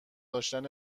داشتن